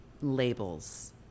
labels